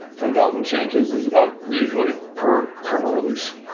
ten thousand changes is about usually per kernel release.